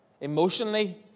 Emotionally